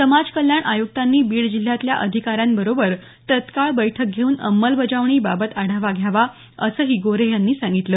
समाज कल्याण आय्क्तांनी बीड जिल्हातील अधिकाऱ्यांबरोबर तत्काळ बैठक घेऊन अंमलबजावणी बाबत आढावा घ्यावा असंही गोऱ्हे यांनी सांगितलं